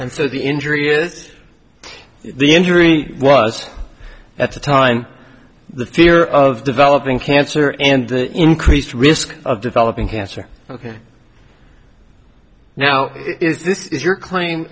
and so the injury is the injury was at the time the fear of developing cancer and the increased risk of developing cancer ok now is this is your claim